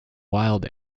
wild